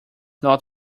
not